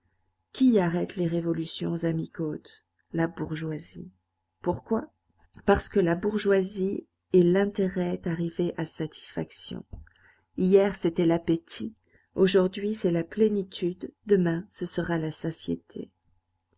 qui arrête les révolutions à mi-côte la bourgeoisie pourquoi parce que la bourgeoisie est l'intérêt arrivé à satisfaction hier c'était l'appétit aujourd'hui c'est la plénitude demain ce sera la satiété